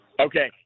Okay